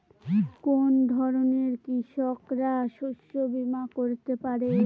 কোন ধরনের কৃষকরা শস্য বীমা করতে পারে?